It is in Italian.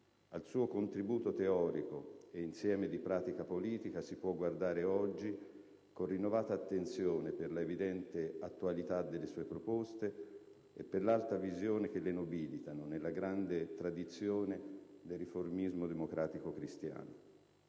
Al suo contributo teorico e, insieme, di pratica politica si può guardare oggi con rinnovata attenzione per l'evidente attualità delle sue proposte e per l'alta visione che le nobilitano, nella grande tradizione del riformismo democratico cristiano.